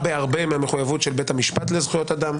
בהרבה מהמחויבות של בית המשפט לזכויות אדם.